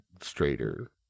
straighter